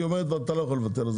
היא אומרת שהוא לא יכול לבטל.